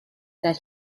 that